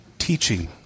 teaching